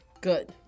Good